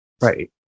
right